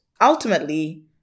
Ultimately